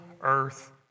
earth